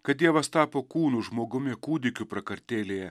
kad dievas tapo kūnu žmogumi kūdikiu prakartėlėje